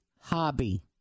hobby